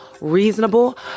reasonable